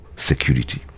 Security